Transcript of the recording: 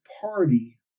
party